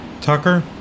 Tucker